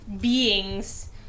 beings